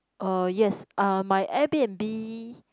uh yes uh my Airbnb